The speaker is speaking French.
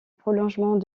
prolongement